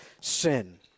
sin